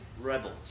rebels